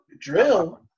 Drill